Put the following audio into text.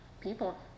people